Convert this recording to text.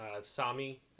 Sami